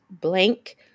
blank